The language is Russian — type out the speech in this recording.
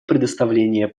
предоставления